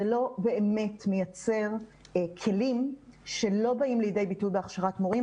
זה לא באמת מייצר כלים שבאים לידי ביטוי בהכשרת מורים.